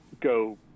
go